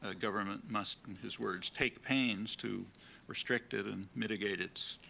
ah government must, in his words, take pains to restrict it and mitigate its